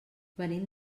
venim